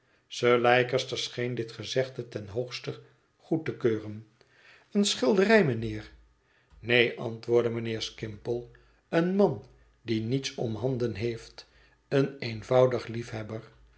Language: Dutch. sir leicester scheen dit gezegde ten hoogste goed te keuren een schilder mijnheer neen antwoordde mijnheer skimpole een man die niets omhanden heeft een eenvoudig liefhebber